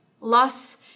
loss